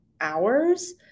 hours